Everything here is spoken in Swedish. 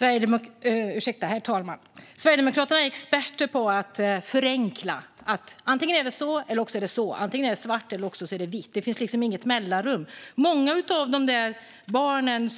Herr talman! Sverigedemokraterna är experter på att förenkla. Antingen är det så, eller så är det så. Antingen är det svart, eller så är det vitt. Det finns liksom inget mellanting. Många av de barn